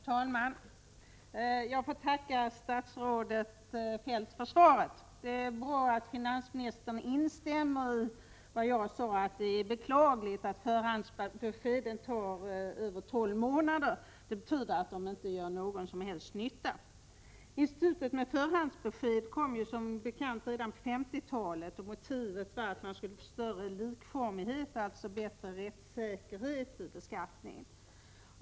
Herr talman! Jag får tacka statsrådet Feldt för svaret. Det är bra att finansministern instämmer i det som jag sade om att det är beklagligt att väntetiden när det gäller förhandsbesked är över tolv månader. Det betyder att förhandsbeskeden inte gör någon som helst nytta. Institutet med förhandsbesked kom som bekant till redan på 1950-talet. Motivet var att man skulle få en större likformighet, dvs. bättre rättssäkerhet, i beskattningen.